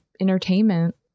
entertainment